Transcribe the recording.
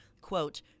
quote